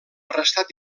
restat